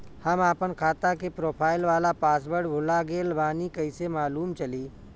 हम आपन खाता के प्रोफाइल वाला पासवर्ड भुला गेल बानी कइसे मालूम चली?